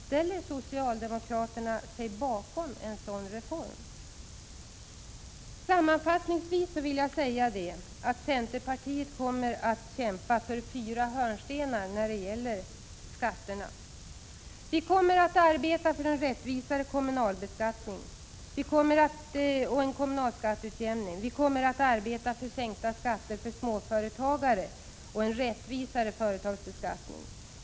Ställer sig socialdemokraterna bakom en sådan reform? Sammanfattningsvis vill jag säga att centerpartiet när det gäller skatterna kommer att kämpa för de fyra hörnstenarna i sin skattepolitik: Vi kommer att arbeta för en rättvisare kommunal beskattning och en kommunalskatteutjämning. Vi kommer att arbeta för sänkta skatter för småföretagare och en rättvisare företagsbeskattning.